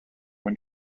when